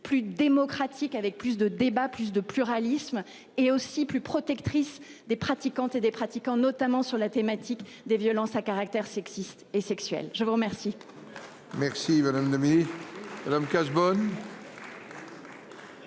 plus démocratique, avec plus de débats, plus de pluralisme et aussi plus protectrice des pratiquants et des pratiquants, notamment sur la thématique des violences à caractère sexiste et sexuel, je vous remercie. Merci, madame la Ministre Madame Cazebonne.